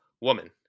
woman